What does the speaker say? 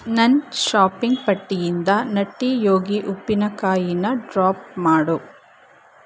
ನನ್ನ ಶಾಪಿಂಗ್ ಪಟ್ಟಿಯಿಂದ ನಟ್ಟಿ ಯೋಗಿ ಉಪ್ಪಿನಕಾಯಿನ ಡ್ರಾಪ್ ಮಾಡು